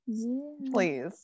please